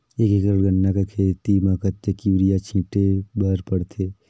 एक एकड़ गन्ना कर खेती म कतेक युरिया छिंटे बर पड़थे?